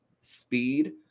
speed